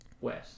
West